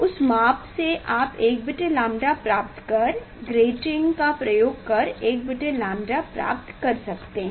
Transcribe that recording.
उस माप से आप 1𝛌 प्राप्त कर ग्रेटिंग का प्रयोग कर 1𝛌 प्राप्त कर सकते हैं